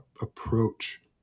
approach